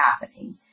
happening